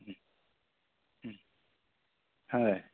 হয়